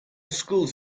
schools